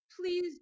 please